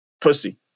pussy